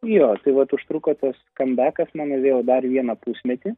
jo tai vat užtruko tas kambekas mano dar vieną pusmetį